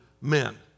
men